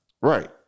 Right